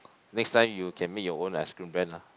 next time you can make your own ice cream brand lah